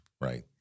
right